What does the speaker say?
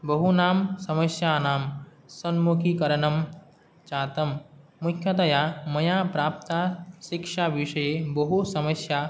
बहूनां समस्यानां सम्मुखीकरणं जातं मुख्यतया मया प्राप्तशिक्षाविषये बहु समस्या